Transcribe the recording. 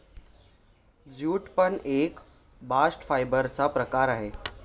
jute पण एक bast fibre चा प्रकार आहे